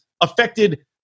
affected